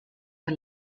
der